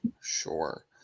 sure